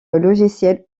logicielle